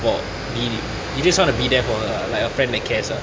for be you just want to be there for her like a friend that cares ah